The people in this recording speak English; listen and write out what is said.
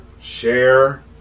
share